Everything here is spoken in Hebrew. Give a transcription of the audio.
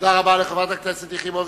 תודה רבה לחברת הכנסת יחימוביץ.